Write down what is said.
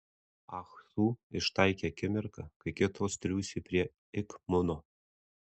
ah su ištaikė akimirką kai kitos triūsė prie ik muno